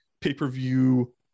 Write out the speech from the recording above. pay-per-view